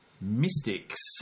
mystics